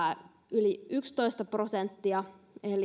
yli yksitoista prosenttia